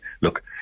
look